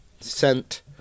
sent